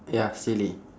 ya silly